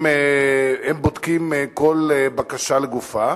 הם בודקים כל בקשה לגופה.